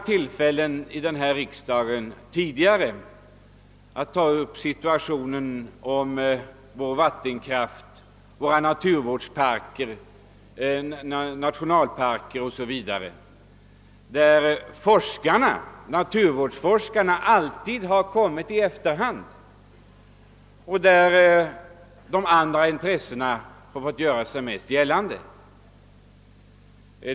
Vi har i riksdagen tidigare haft många tillfällen att ta upp situationen beträffande vår vattenkraft, våra nationalparker o.s. v. Naturvårdsforskarna har då alltid kommit på efterhand, och andra intressen har tillåtits göra sig mest gällande.